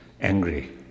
angry